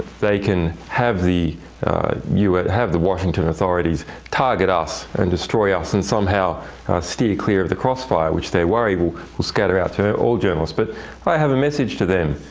they can have the u s. have the washington authorities target us and destroy us and somehow steer clear of the crossfire, which they worry will will scatter out through all journalists. but i have a message to them.